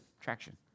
traction